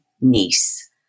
niece